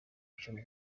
icumi